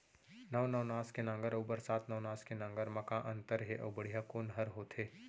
नौ नवनास के नांगर अऊ बरसात नवनास के नांगर मा का अन्तर हे अऊ बढ़िया कोन हर होथे?